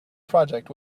project